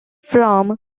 from